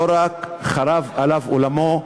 לא רק חרב עליו עולמו,